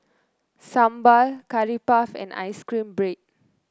sambal Curry Puff and ice cream bread